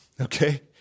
Okay